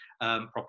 properly